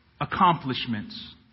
accomplishments